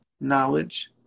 knowledge